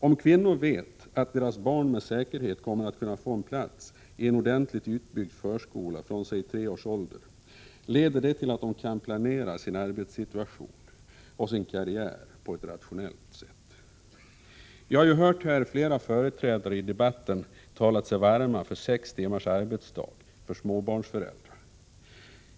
Om kvinnor vet att deras barn med säkerhet kommer att kunna få en plats i en ordentligt utbyggd förskola från säg tre års ålder, leder det till att de kan planera sin arbetssituation och sin karriär på ett rationellt sätt. Vi har hört flera företrädare i debatten tala sig varma för sex timmars arbetsdag för småbarnsföräldrar.